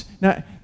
now